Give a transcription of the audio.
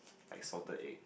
like salted egg